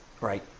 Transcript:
right